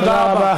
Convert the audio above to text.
תודה רבה.